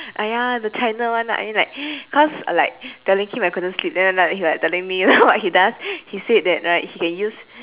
!aiya! the china one ah I mean like cause like telling him I couldn't sleep then he like telling me what he does he said that right he can use